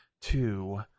two